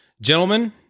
Gentlemen